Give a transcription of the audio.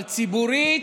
אבל ציבורית,